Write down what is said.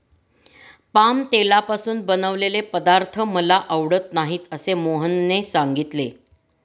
palm तेलापासून बनवलेले पदार्थ मला आवडत नाहीत असे मोहनने सांगितले